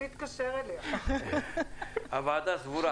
הוועדה סבורה